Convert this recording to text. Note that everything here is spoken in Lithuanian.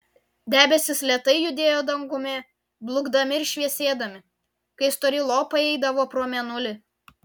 debesys lėtai judėjo dangumi blukdami ir šviesėdami kai stori lopai eidavo pro mėnulį